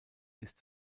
ist